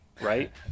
right